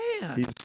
man